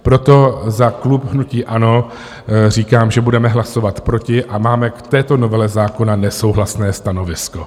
Proto za klub hnutí ANO říkám, že budeme hlasovat proti a máme k této novele zákona nesouhlasné stanovisko.